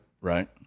Right